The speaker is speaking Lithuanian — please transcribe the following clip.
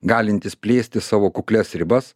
galintis plėsti savo kuklias ribas